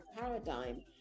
paradigm